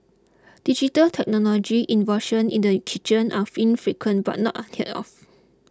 digital technology innovation in the kitchen are infrequent but not unheard of